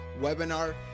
webinar